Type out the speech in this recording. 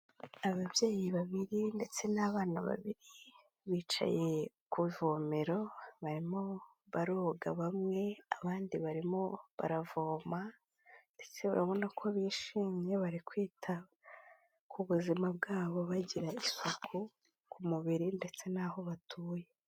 Ababyeyi babiri ndetse n'abana babi, bicaye ku ivomero barimo baroga bamwe, abandi barimo baravoma, ndetse urabona ko bishimye bari kwita, ku buzima bwabo bagira isuku, ku mubiri ndetse n'aho batuye.